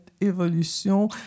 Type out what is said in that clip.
évolution